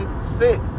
sit